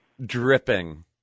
dripping